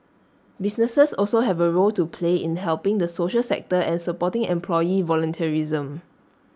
businesses also have A role to play in helping the social sector and supporting employee volunteerism